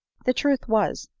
the truth was,